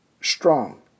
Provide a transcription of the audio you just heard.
strong